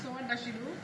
so what does she do